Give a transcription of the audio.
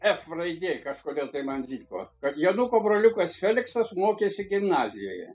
ef raidė kažkodėl tai man liko kad jonuko broliukas feliksas mokėsi gimnazijoje